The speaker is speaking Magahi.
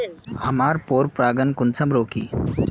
हमार पोरपरागण कुंसम रोकीई?